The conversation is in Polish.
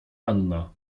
anna